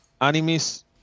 animis